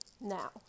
now